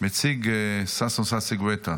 מציג ששון ששי גואטה.